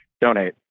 donate